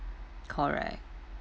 correct